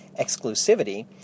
exclusivity